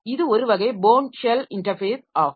இது ஒரு வகை போர்ன் ஷெல் இன்டர்ஃபேஸ் ஆகும்